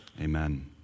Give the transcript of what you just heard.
Amen